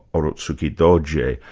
urotsukidoji,